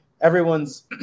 everyone's